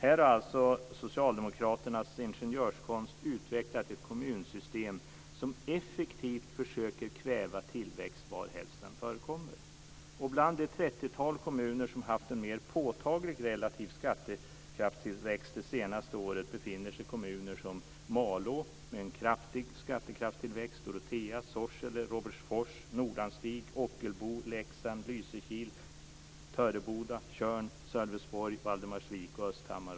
Här har socialdemokraternas ingenjörskonst utvecklat ett kommunsystem som effektivt försöker kväva tillväxt varhelst den förekommer. Bland det trettiotal kommuner som har haft en mer påtaglig relativ skattekraftstillväxt det senaste året befinner sig sådana som Malå, med en kraftig skattekraftstillväxt, Dorotea, Sorsele, Robertsfors, Tjörn, Sölvesborg, Valdemarsvik och Östhammar.